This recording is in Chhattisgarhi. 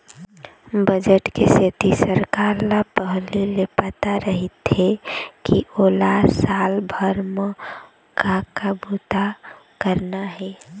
बजट के सेती सरकार ल पहिली ले पता रहिथे के ओला साल भर म का का बूता करना हे